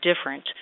different